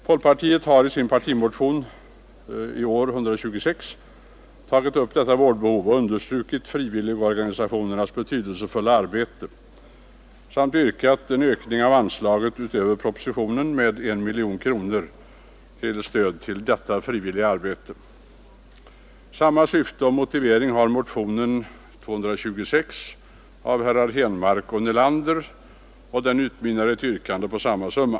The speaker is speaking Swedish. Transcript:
Folkpartiet har i partimotionen 126 till årets riksdag tagit upp detta vårdbehov och understrukit frivilligorganisationernas betydelsefulla arbe te samt yrkat på en ökning av anslaget utöver vad som föreslås i propositionen med 1 miljon kronor till stöd åt detta frivilliga arbete. Samma syfte och motivering har motionen 226 av herrar Henmark och Nelander, och den utmynnar i ett yrkande på samma summa.